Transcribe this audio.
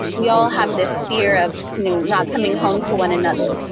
we all have this fear of you know not coming home to one another.